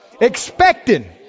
expecting